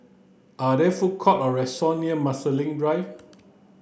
are there food court or restaurants near Marsiling Drive